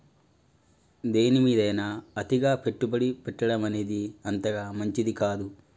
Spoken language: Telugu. దేనిమీదైనా అతిగా పెట్టుబడి పెట్టడమనేది అంతగా మంచిది కాదు